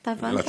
אתה הבנת?